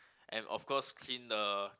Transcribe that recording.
and of course clean the